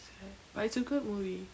sad but it's a good movie